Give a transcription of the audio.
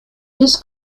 his